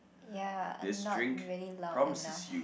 ya I'm not really loud enough